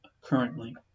currently